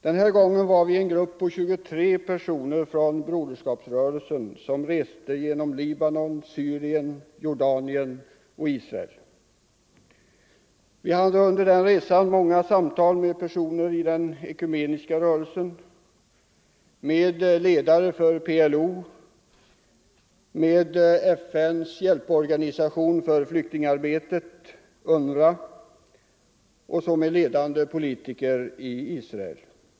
Den här gången var vi en grupp på 23 personer från Broderskapsrörelsen som reste genom Libanon, Syrien, Jordanien och Israel. Vi hade under resan många samtal med personer i den ekumeniska rörelsen, med ledare för PLO, med FN:s hjälporganisation för flyktingarbetet, UNRWA, och med ledande politiker i Israel.